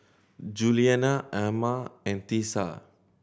Julianna Amma and Tisa